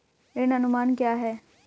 ऋण अनुमान क्या है?